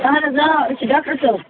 اَہَن حظ آ أسۍ چھِ ڈاکٹَر صٲب